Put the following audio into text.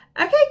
Okay